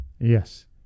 Yes